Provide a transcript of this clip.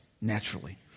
naturally